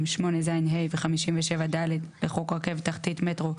8ז(ה) ו-57(ד) לחוק רכבת תחתית (מטרו),